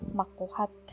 makuhat